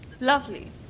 Lovely